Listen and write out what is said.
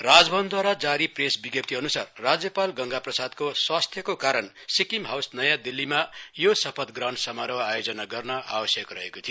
राजभवनद्वारा जारी प्रेस विज्ञप्तिअन्सार राज्यपाल गंगा प्रसादले स्वास्थ्यको कारण सिक्किम हाउस नयाँ दिल्लीमा यो शपथ ग्रहण सम रोह आयोजना गर्ने आवश्यक रहेको थियो